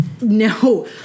No